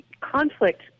conflict